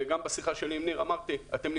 גם בשיחה שלי עם ניר אמרתי: אתם,